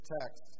text